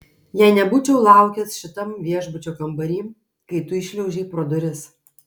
jei nebūčiau laukęs šitam viešbučio kambary kai tu įšliaužei pro duris